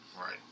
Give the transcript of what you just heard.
Right